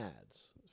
ads